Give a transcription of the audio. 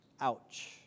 ouch